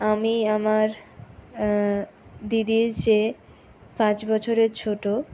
আমি আমার দিদির চেয়ে পাঁচ বছরের ছোটো